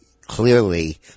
clearly